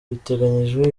biteganyijwe